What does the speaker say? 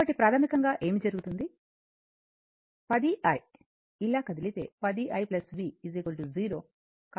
కాబట్టి ప్రాథమికంగా ఏమి జరుగుతుంది 10 i ఇలా కదిలితే 10 i v 0